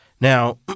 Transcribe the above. Now